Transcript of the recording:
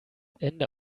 ende